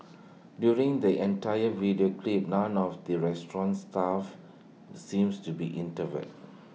during the entire video clip none of the restaurant's staff seems to be intervene